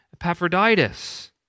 Epaphroditus